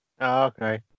Okay